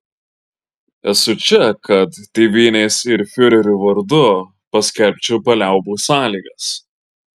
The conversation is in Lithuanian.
esu čia kad tėvynės ir fiurerio vardu paskelbčiau paliaubų sąlygas